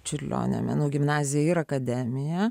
čiurlionio menų gimnazija ir akademiją